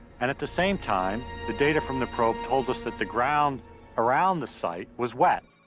and at the same time, the data from the probe told us that the ground around the site was wet.